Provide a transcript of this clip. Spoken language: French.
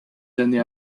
années